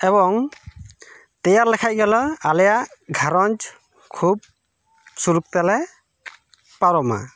ᱮᱵᱚᱝ ᱛᱮᱭᱟᱨ ᱞᱮᱠᱷᱟᱡ ᱜᱮᱞᱮ ᱟᱞᱮᱭᱟᱜ ᱜᱷᱟᱨᱚᱸᱡᱽ ᱠᱷᱩᱵᱽ ᱥᱩᱞᱩᱠ ᱛᱮᱞᱮ ᱯᱟᱨᱚᱢᱟ